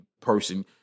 person